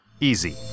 Easy